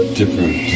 different